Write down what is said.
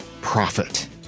profit